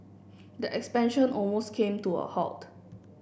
the expansion almost came to a halt